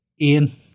Ian